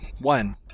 One